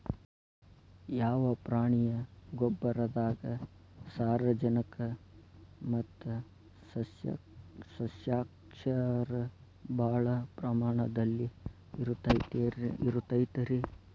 ಯಾವ ಪ್ರಾಣಿಯ ಗೊಬ್ಬರದಾಗ ಸಾರಜನಕ ಮತ್ತ ಸಸ್ಯಕ್ಷಾರ ಭಾಳ ಪ್ರಮಾಣದಲ್ಲಿ ಇರುತೈತರೇ?